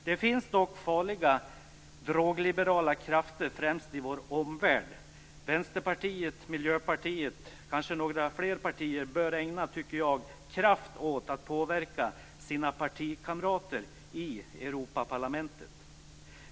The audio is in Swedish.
Det finns dock farliga drogliberala krafter, främst i vår omvärld. Vänsterpartiet och Miljöpartiet, kanske fler partier, bör t.ex. ägna kraft åt att påverka sina partikamrater i Europaparlamentet.